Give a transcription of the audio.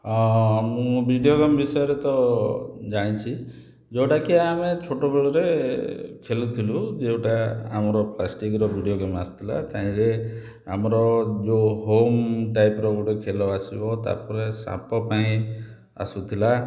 ଅ ମୁଁ video game ବିଷୟରେ ତ ଜାଣିଛି ଯେଉଁଟାକି ଆମେ ଛୋଟବେଳରେ ଖେଲୁଥିଲୁ ଯେଉଁଟା ଆମର ପ୍ଲାଷ୍ଟିକର ଭିଡ଼ିଓ ଗେମ୍ ଆସୁଥିଲା ତାହିଁରେ ଆମର ଯେଉଁ ହୋମ ଟାଇପିର ଗୋଟେ ଖେଳ ଆସିବ ତାପରେ ସାପ ପାଇଁ ଆସୁଥିଲା